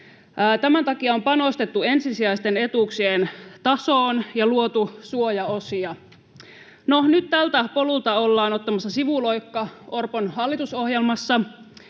Tämän takia on panostettu ensisijaisten etuuksien tasoon ja luotu suojaosia. No, nyt tältä polulta ollaan ottamassa sivuloikka Orpon hallitusohjelmassa.